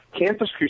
Campus